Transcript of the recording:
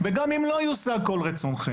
גם אם לא יושג כל רצונכם.